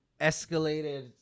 escalated